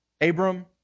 Abram